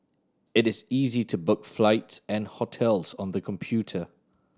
it is easy to book flights and hotels on the computer